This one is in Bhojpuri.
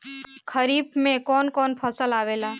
खरीफ में कौन कौन फसल आवेला?